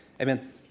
amen